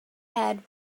add